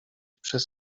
przez